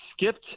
skipped